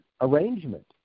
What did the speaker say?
arrangement